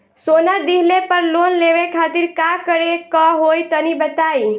सोना दिहले पर लोन लेवे खातिर का करे क होई तनि बताई?